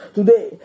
Today